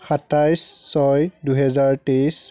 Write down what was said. সাতাইছ ছয় দুহেজাৰ তেইছ